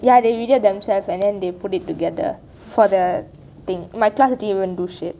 ya they videoed themselves and then they put it together for the thing my class didn't even do shit